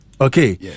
Okay